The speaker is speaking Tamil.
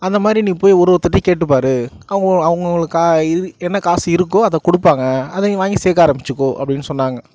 அந்த மாதிரி நீ போய் ஒரு ஒருத்தட்டேயும் கேட்டுப்பார் அவங்கவுங்களுக்கா இது என்ன காசு இருக்கோ அதை கொடுப்பாங்க அதை நீ வாங்கி சேர்க்க ஆரம்பிச்சிக்கோ அப்படின்னு சொன்னாங்க